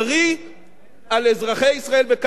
על אזרחי ישראל ועל כלכלת ישראל,